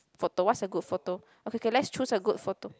photo what's a good photo okay okay let's choose a good photo